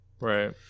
Right